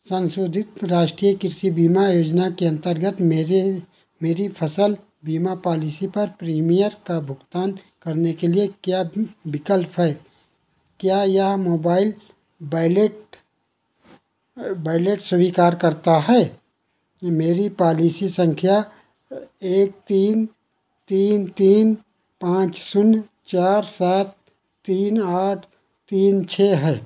संशोधित राष्ट्रीय कृषि बीमा योजना के अंतर्गत मेरे मेरी फ़सल बीमा पॉलिसी पर प्रीमियर का भुगतान करने के लिए क्या विकल्प है क्या यह मोबाईल बैलेट बैलेट स्वीकार करता है इ मेरी पॉलिसी संख्या एक तीन तीन तीन पाँच शून्य चार सात तीन आठ तीन छः है